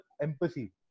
empathy